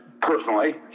personally